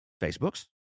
Facebooks